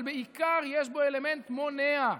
אבל בעיקר יש בו אלמנט מונע: